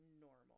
normal